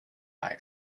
eye